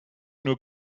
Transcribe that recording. nur